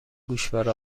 گوشواره